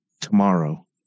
tomorrow